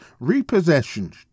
repossessions